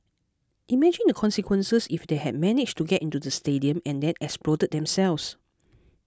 imagine the consequences if they had managed to get into the stadium and then exploded themselves